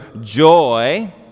joy